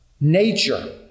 nature